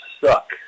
suck